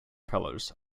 pillars